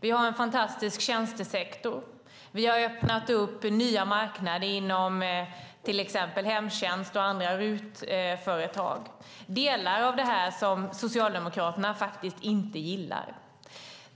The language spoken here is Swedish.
vi har en fantastisk tjänstesektor. Vi har öppnat upp nya marknader inom exempelvis hemtjänst och andra RUT-företag. Delar av detta gillar faktiskt inte Socialdemokraterna.